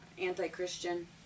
anti-christian